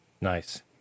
Nice